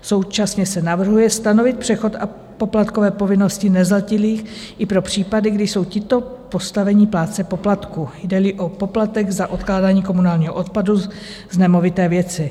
Současně se navrhuje stanovit přechod poplatkové povinnosti nezletilých i pro případy, kdy jsou tito v postavení plátce poplatku, jdeli o poplatek za odkládání komunálního odpadu z nemovité věci.